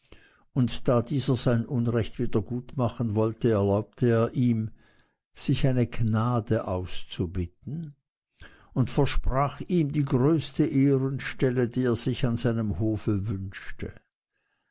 und da dieser sein unrecht wieder gutmachen wollte erlaubte er ihm sich eine gnade auszubitten und versprach ihm die größte ehrenstelle die er sich an seinem hofe wünschte